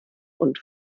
und